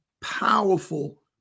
powerful